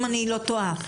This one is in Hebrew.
אם אני לא טועה.